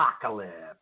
apocalypse